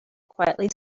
quietly